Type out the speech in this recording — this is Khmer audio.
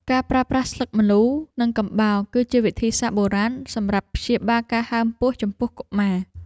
ការប្រើប្រាស់ស្លឹកម្លូ និងកំបោរ គឺជាវិធីសាស្ត្របុរាណសម្រាប់ព្យាបាលការហើមពោះចំពោះកុមារ។